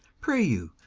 pray you,